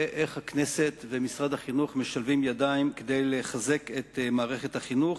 איך הכנסת ומשרד החינוך משלבים ידיים כדי לחזק את מערכת החינוך,